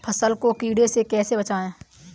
फसल को कीड़े से कैसे बचाएँ?